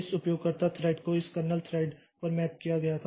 इस उपयोगकर्ता थ्रेड को इस कर्नेल थ्रेड पर मैप किया गया था